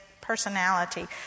personality